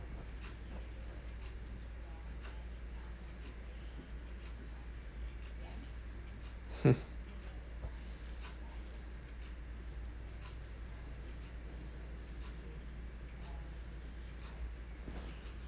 hmm